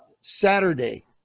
Saturday